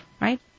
right